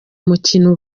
mukino